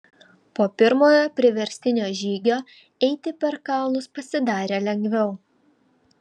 po pirmojo priverstinio žygio eiti per kalnus pasidarė lengviau